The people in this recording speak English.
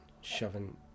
shoving